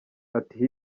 ati